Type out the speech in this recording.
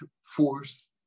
force